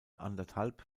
anderthalb